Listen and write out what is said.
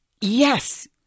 yes